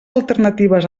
alternatives